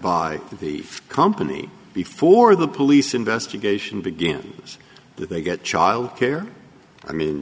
by the company before the police investigation begins they get child care i mean